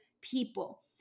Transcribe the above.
people